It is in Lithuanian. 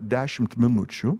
dešimt minučių